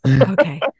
Okay